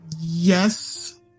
Yes